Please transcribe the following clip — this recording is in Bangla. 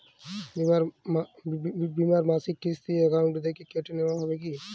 বিমার মাসিক কিস্তি অ্যাকাউন্ট থেকে কেটে নেওয়া হবে কি?